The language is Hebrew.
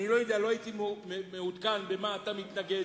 אני לא יודע, לא הייתי מעודכן למה אתה מתנגד